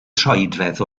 troedfedd